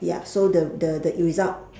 ya so the the the result